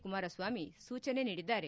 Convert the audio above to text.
ಕುಮಾರಸ್ವಾಮಿ ಸೂಚನೆ ನೀಡಿದ್ದಾರೆ